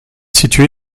située